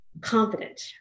Confident